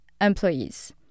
employees